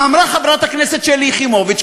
אמרה חברת הכנסת שלי יחימוביץ,